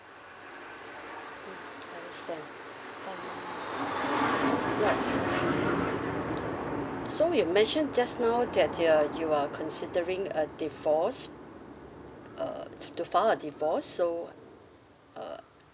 mm understand um alright so you mentioned just now that uh you're considering a divorce uh to file a divorce so err